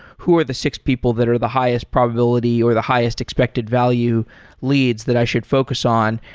who are the six people that are the highest probability, or the highest expected value leads that i should focus on?